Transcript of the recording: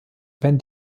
wenn